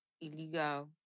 illegal